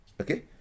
Okay